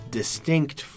distinct